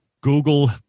Google